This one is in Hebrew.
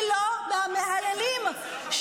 חס וחלילה, זה לא נכון.